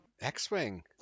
X-Wing